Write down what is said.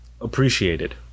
appreciated